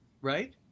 Right